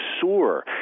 soar